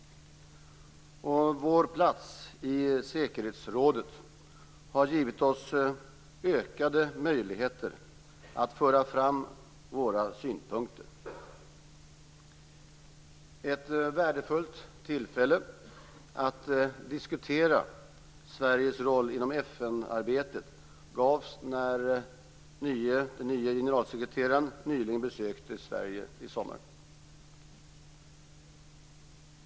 Vår plats i säkerhetsrådet har givit oss ökade möjligheter att föra fram våra synpunkter. Ett värdefullt tillfälle att diskutera Sveriges roll inom FN-arbetet gavs när den nye generalsekreteraren nyligen besökte Sverige - i somras.